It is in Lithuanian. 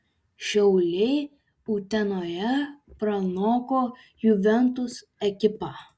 šiauliai utenoje pranoko juventus ekipą